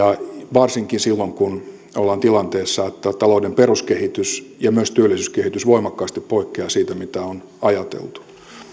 varsinkin silloin kun ollaan tilanteessa että talouden peruskehitys ja myös työllisyyskehitys voimakkaasti poikkeaa siitä mitä on ajateltu